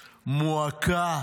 מועקה,